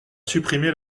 supprimé